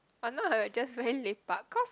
but now I just very lepak cause